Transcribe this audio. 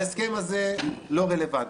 ההסכם הזה לא רלוונטי.